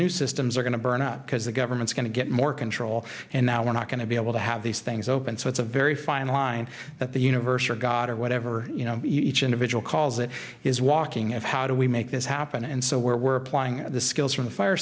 new systems are going to burn up because the government's going to get more control and now we're not going to be able to have these things open so it's a very fine line that the universe or god or whatever you know each individual calls it is walking at how do we make this happen and so where were applying at the skills from the fire